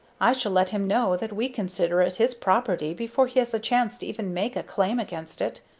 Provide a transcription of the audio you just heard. i shall let him know that we consider it his property before he has a chance to even make a claim against it.